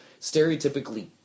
stereotypically